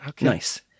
Nice